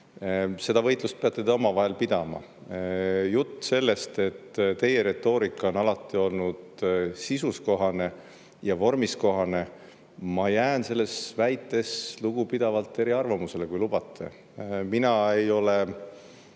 Seda võitlust peate te omavahel pidama. Jutt sellest, et teie retoorika on alati olnud sisus kohane ja vormis kohane – ma jään selles väites lugupidavalt eriarvamusele, kui lubate. Mina ei ole